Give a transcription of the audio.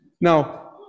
Now